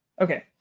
Okay